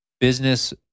business